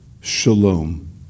shalom